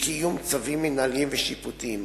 ואי-קיום צווים מינהליים ושיפוטיים.